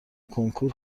کنکور